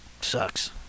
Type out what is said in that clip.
sucks